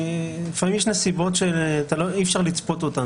לפעמים יש נסיבות שאי אפשר לצפות אותן